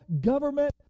government